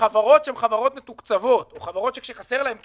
שחברות שהן חברות מתוקצבות או חברות שכשחסר להן כסף,